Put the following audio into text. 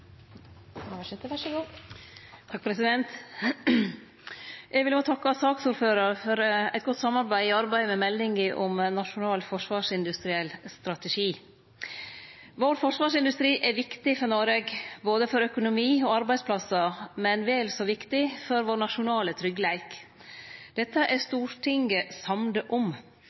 ein bonus. Så får framtida visa om einigheita held når dei overordna prinsippa skal omformast til praktiske vedtak. Eg vil også takke saksordføraren for eit godt samarbeid i arbeidet med meldinga om ein nasjonal forsvarsindustriell strategi. Forsvarsindustrien vår er viktig for Noreg, både for økonomi og for arbeidsplassar, men vel så viktig for vår nasjonale tryggleik.